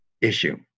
issue